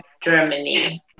Germany